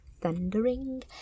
thundering